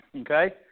okay